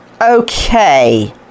Okay